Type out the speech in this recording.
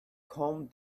calmed